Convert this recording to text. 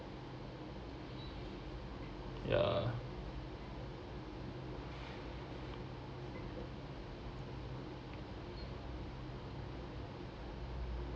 ya